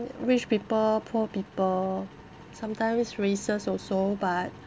rich people poor people sometimes races also but